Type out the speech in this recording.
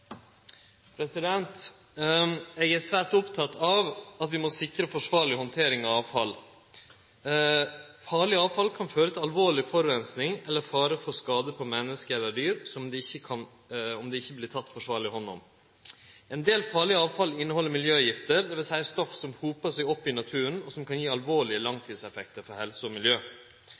saken. Eg er svært oppteken av at vi må sikre forsvarleg handtering av avfall. Farleg avfall kan føre til alvorleg forureining eller fare for skade på menneske eller dyr om det ikkje vert teke forsvarleg hand om. Ein del farleg avfall inneheld miljøgifter, dvs. stoff som hopar seg opp i naturen, og som kan gi alvorlege langtidseffektar for helse og miljø.